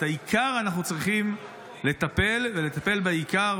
ובעיקר אנחנו צריכים לטפל, לטפל בעיקר.